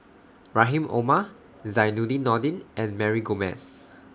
Rahim Omar Zainudin Nordin and Mary Gomes